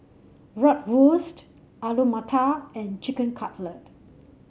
Bratwurst Alu Matar and Chicken Cutlet